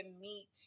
meet